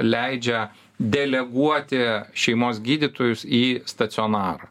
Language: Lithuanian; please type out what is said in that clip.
leidžia deleguoti šeimos gydytojus į stacionarą